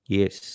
Yes